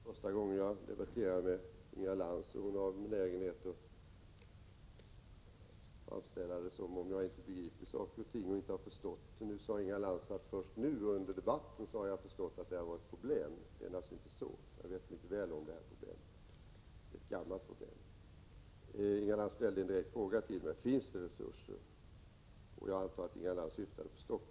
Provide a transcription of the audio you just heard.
Herr talman! Det är inte första gången jag debatterar med Inga Lantz. Hon har benägenhet att framställa det som om jag inte begriper saker och ting och inte har förstått. Nu sade Inga Lantz att först under debatten har jag förstått att det har varit problem. Så är det naturligtvis inte. Jag känner mycket väl till det här problemet; det är ett gammalt problem. Inga Lantz ställde en direkt fråga till mig, nämligen om det finns resurser. Jag antar att Inga Lantz syftade på Stockholmspolisen.